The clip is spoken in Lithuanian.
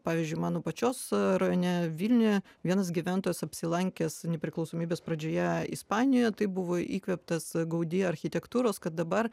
pavyzdžiui mano pačios rajone vilniuje vienas gyventojas apsilankęs nepriklausomybės pradžioje ispanijoje tai buvo įkvėptas gaudi architektūros kad dabar